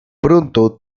pronto